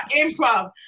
improv